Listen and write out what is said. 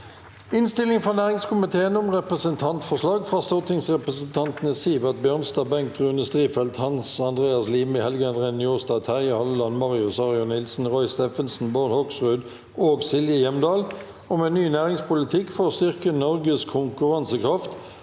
Innstilling fra næringskomiteen om Representantfor- slag fra stortingsrepresentantene Sivert Bjørnstad, Bengt Rune Strifeldt, Hans Andreas Limi, Helge André Njåstad, Terje Halleland, Marius Arion Nilsen, Roy Steffensen, Bård Hoksrud og Silje Hjemdal om en ny næringspolitikk for å styrke Norges konkurransekraft